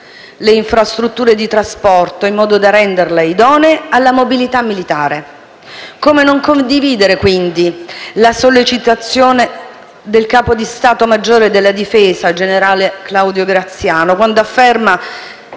le infrastrutture di trasporto, in modo da renderle idonee alla mobilità militare. Come non condividere, quindi, la sollecitazione del capo di stato maggiore della difesa, generale Claudio Graziano, quando afferma